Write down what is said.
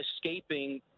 escaping